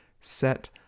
set